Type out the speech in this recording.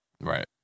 Right